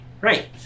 Right